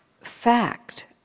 fact